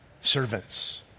servants